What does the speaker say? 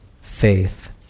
faith